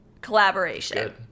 collaboration